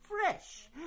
fresh